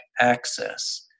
access